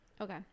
Okay